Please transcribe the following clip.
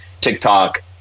TikTok